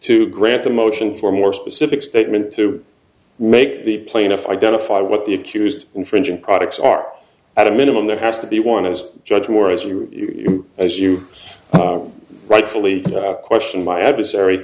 to grant a motion for more specific statement to make the plaintiff identify what the accused infringing products are at a minimum there has to be one is judged more as you as you rightfully question my adversary